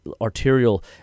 arterial